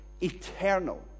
eternal